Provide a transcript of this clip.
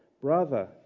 brother